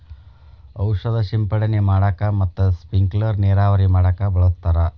ಔಷದ ಸಿಂಡಣೆ ಮಾಡಾಕ ಮತ್ತ ಸ್ಪಿಂಕಲರ್ ನೇರಾವರಿ ಮಾಡಾಕ ಬಳಸ್ತಾರ